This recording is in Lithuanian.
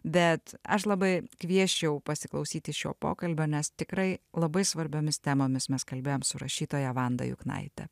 bet aš labai kviesčiau pasiklausyti šio pokalbio nes tikrai labai svarbiomis temomis mes kalbėjom su rašytoja vanda juknaite